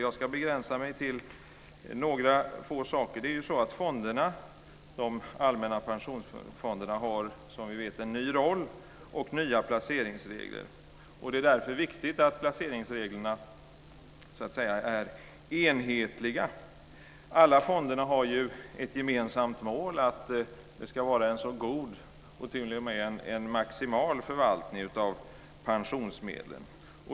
Jag ska begränsa mig till några få frågor. De allmänna pensionsfonderna har, som vi vet, en ny roll och nya placeringsregler. Det är därför viktigt att placeringsreglerna är enhetliga. Alla fonder har ett gemensamt mål. Det ska vara en maximal förvaltning av pensionsmedlen.